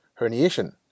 herniation